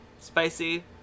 Spicy